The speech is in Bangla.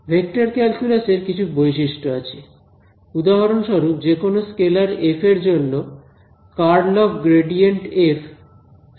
ভেক্টর ক্যালকুলাস এর কিছু বৈশিষ্ট্য আছে উদাহরণস্বরূপ যেকোনো স্কেলার এফ এর জন্য ∇× ∇f 0 হবে